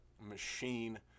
machine